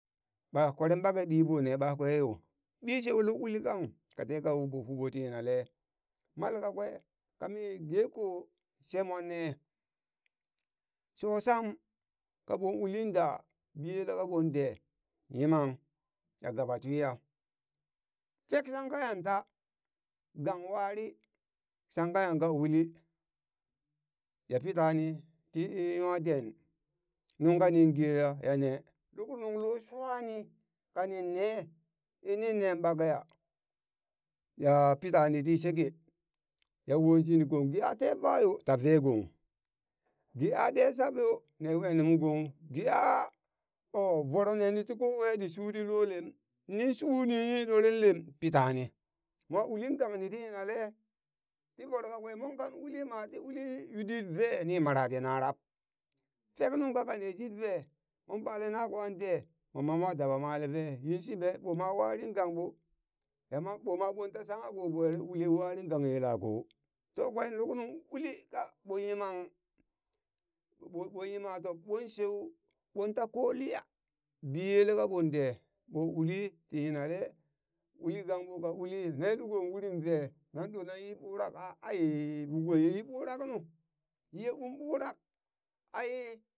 Ɓa kweren ɓake ɗi ɓo ne ɓakwe yo? ɓi shue luk illi kang ka teka woɓo fuɓo ti yinale, malkakwe kami ge ko she monne sho sham kaɓon ulin da biyele kaɓonɗe, yimang ya gaɓa twiya fek shangka yanta gang wari shangka yanka uli ya pitani ti nwa den nungka nin geya yane luk nung lo swani kanin ne inni ne ɓakeya ya pitani ti sheke ya wo shini gong, ge a tee vaayo tave gong, ge a ɗe shab yo ne nungong ge a oo voro nenu ti kowai ti shu ti lo lem nin shuni ni ɗore lem pitani mo uli gangni ti yinale ti voro kakwe mon kan uli ma ti yu dit vee ni mara ti narab fek nunka ka neshit vee mon bale na kwan dee moma mo daba male vee yinshiɓe ɓoma wari gangɓo yama ɓoma ɓonta shangha ko ɓo ere uli wari gang yela ko to kwe luk nuŋ uli ka ɓo yimang ɓo ɓo yima tob ɓon sheu ɓonta ko liya biyele kaɓon de ɓo uli ti yinale uli gang ɓo ka uli ve luko urin vee nan ɗo nanyi ɓurak a ai voko ye yi ɓurak nu ye un ɓurak ai